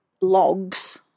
logs